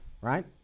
right